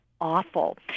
awful